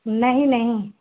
नहीं नहीं